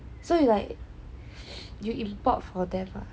so you like you import for them ah